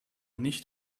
nicht